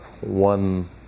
one